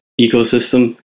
ecosystem